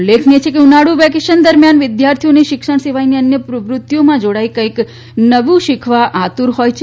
ઉલ્લેખનિય છે કે ઉનાળુ વેકેશન દરમિયાન વિદ્યાર્થીઓ શિક્ષણ સિવાયની અન્ય પ્રવૃત્તિઓમાં જોડાઈને કંઈક નવું શીખવા આતુર હોય છે